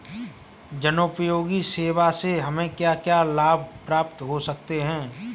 जनोपयोगी सेवा से हमें क्या क्या लाभ प्राप्त हो सकते हैं?